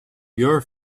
your